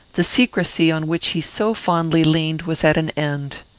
the secrecy on which he so fondly leaned was at an end.